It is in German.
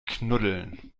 knuddeln